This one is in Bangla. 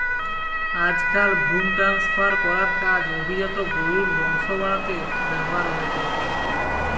আজকাল ভ্রুন ট্রান্সফার করার কাজ অভিজাত গরুর বংশ বাড়াতে ব্যাভার হয়ঠে